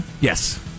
Yes